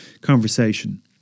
conversation